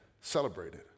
celebrated